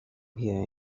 here